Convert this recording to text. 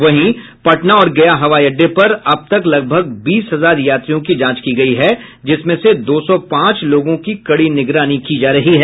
वहीं पटना और गया हवाई अड्डे पर अब तक लगभग बीस हजार यात्रियों की जांच की गयी है जिसमें से दो सौ पांच लोगों की कड़ी निगरानी की जा रही है